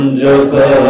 japa